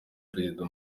perezida